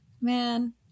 man